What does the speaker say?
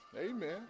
Amen